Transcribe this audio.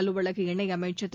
அலுவலக இணையமைச்சர் திரு